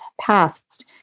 passed